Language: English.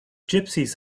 gypsies